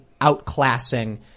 outclassing